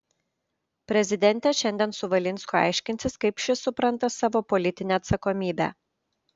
prezidentė šiandien su valinsku aiškinsis kaip šis supranta savo politinę atsakomybę